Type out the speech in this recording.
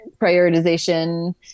prioritization